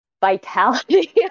vitality